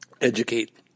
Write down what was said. educate